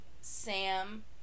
Sam